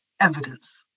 evidence